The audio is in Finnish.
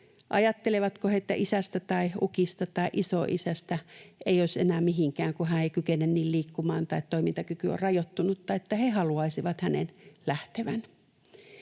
Ajattelevatko he, että isästä tai ukista tai isoisästä ei olisi enää mihinkään, kun hän ei kykene liikkumaan tai toimintakyky on rajoittunut, että he haluaisivat hänen lähtevän?